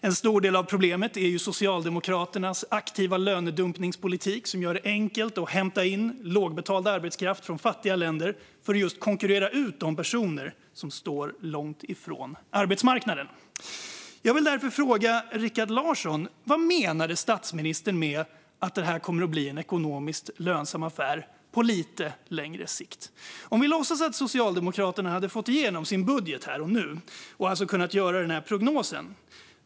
En stor del av problemet är Socialdemokraternas aktiva lönedumpningspolitik, som gör det enkelt att hämta in lågbetald arbetskraft från fattiga länder för att just konkurrera ut de personer som står långt från arbetsmarknaden. Låt mig därför fråga Rikard Larsson: Vad menade statsministern med att detta kommer att bli en ekonomiskt lönsam affär på lite längre sikt? Vi kan låtsas att Socialdemokraterna hade fått igenom sin budget här och nu och alltså kunnat göra denna prognos.